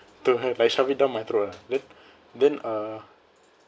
to have like shove it down my throat ah then then uh